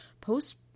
post